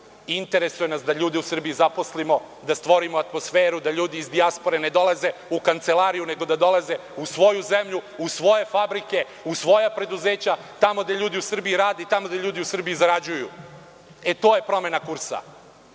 interesuje da ljude u Srbiji zaposlimo, da stvorimo atmosferu da ljudi iz dijaspore ne dolaze u kancelariju, nego da dolaze u svoju zemlju, u svoje fabrike, u svoja preduzeća, tamo gde ljudi u Srbiji rade, tamo gde ljudi u Srbiji zarađuju. E, to je promena kursa